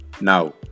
now